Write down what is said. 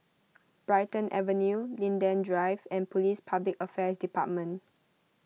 Brighton Avenue Linden Drive and Police Public Affairs Department